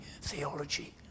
theology